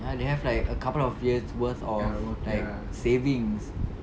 ya they have like a couple of years worth of like savings